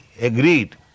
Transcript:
agreed